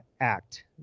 act